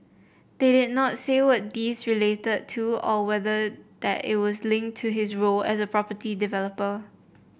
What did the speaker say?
they did not say what these related to or whether that was linked to his role as a property developer